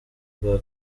bwa